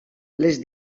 les